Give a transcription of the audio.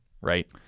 right